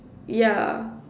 yeah